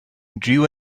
drew